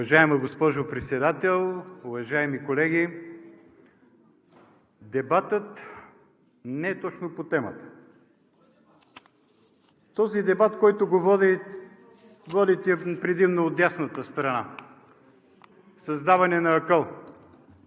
Уважаема госпожо Председател, уважаеми колеги! Дебатът не е точно по темата – този дебат, който водите предимно от дясната страна, с даване на акъл